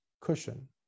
cushion